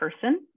person